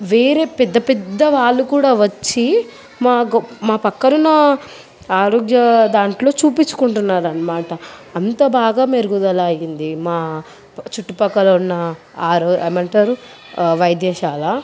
వేరే పెద్ద పెద్ద వాళ్ళు కూడా వచ్చి మా గొప్ప మా ప్రక్కన ఉన్న ఆరోగ్య దాంట్లో చూపించుకుంటున్నారు అన్నమాట అంత బాగా మెరుగుదల అయింది మా చుట్టుపక్కల ఉన్న ఆరో ఏమంటారు వైద్యశాల